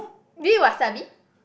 do you eat Wasabi